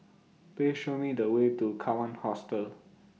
Please Show Me The Way to Kawan Hostel